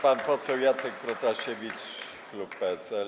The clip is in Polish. Pan poseł Jacek Protasiewicz, klub PSL.